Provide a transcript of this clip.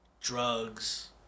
drugs